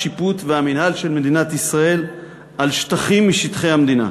השיפוט והמינהל של מדינת ישראל על שטחים משטחי המדינה.